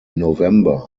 november